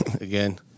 again